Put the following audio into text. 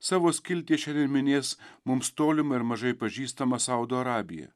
savo skiltyje šiandien minės mums tolimą ir mažai pažįstamą saudo arabiją